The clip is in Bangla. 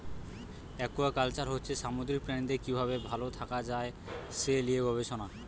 একুয়াকালচার হচ্ছে সামুদ্রিক প্রাণীদের কি ভাবে ভাল থাকা যায় সে লিয়ে গবেষণা